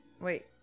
Wait